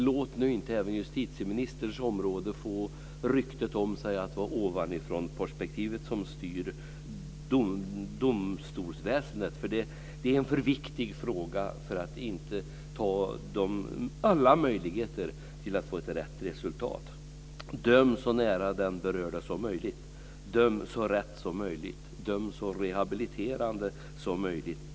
Låt nu inte även justitieministerns område få rykte om sig att det är ovanifrånperspektivet som styr domstolsväsendet. Det är en för viktig fråga för att man inte ska ta alla möjligheter för att få rätt resultat. Döm så nära den berörde som möjligt. Döm så rätt som möjligt. Döm så rehabiliterande som möjligt.